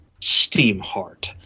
*Steamheart*